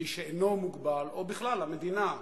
מי שאינו מוגבל או בכלל המדינה,